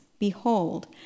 Behold